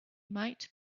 might